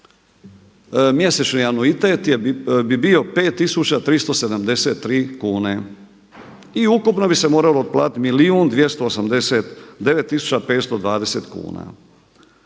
mjesečni anuitet bi bio 5373 kune. I ukupno bi se moralo otplatiti milijun